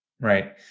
Right